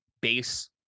base